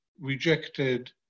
rejected